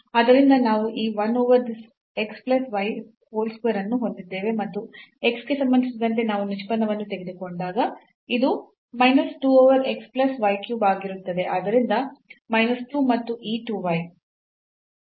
ಆದ್ದರಿಂದ ನಾವು ಈ 1 over this x plus y whole square ಅನ್ನು ಹೊಂದಿದ್ದೇವೆ ಮತ್ತು x ಗೆ ಸಂಬಂಧಿಸಿದಂತೆ ನಾವು ನಿಷ್ಪನ್ನವನ್ನು ತೆಗೆದುಕೊಂಡಾಗ ಇದು minus 2 over x plus y cube ಆಗಿರುತ್ತದೆ